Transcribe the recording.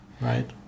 right